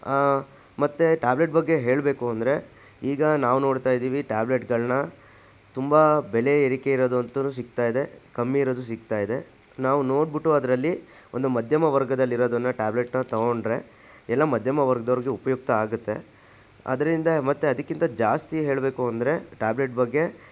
ಮತ್ತು ಟ್ಯಾಬ್ಲೆಟ್ ಬಗ್ಗೆ ಹೇಳಬೇಕು ಅಂದರೆ ಈಗ ನಾವು ನೋಡ್ತಾ ಇದ್ದೀವಿ ಟ್ಯಾಬ್ಲೆಟ್ಗಳನ್ನ ತುಂಬ ಬೆಲೆ ಏರಿಕೆ ಇರೋದು ಅಂತಲೂ ಸಿಗ್ತಾಯಿದೆ ಕಮ್ಮಿ ಇರೋದು ಸಿಗ್ತಾಯಿದೆ ನಾವು ನೋಡ್ಬಿಟ್ಟು ಅದರಲ್ಲಿ ಒಂದು ಮಧ್ಯಮ ವರ್ಗದಲ್ಲಿರೋದನ್ನು ಟ್ಯಾಬಲೆಟನ್ನ ತೊಗೊಂಡ್ರೆ ಎಲ್ಲ ಮಧ್ಯಮ ವರ್ಗದವ್ರಿಗೆ ಉಪಯುಕ್ತ ಆಗತ್ತೆ ಅದರಿಂದ ಮತ್ತೆ ಅದಕ್ಕಿಂತ ಜಾಸ್ತಿ ಹೇಳಬೇಕು ಅಂದರೆ ಟ್ಯಾಬ್ಲೆಟ್ ಬಗ್ಗೆ